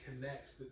connects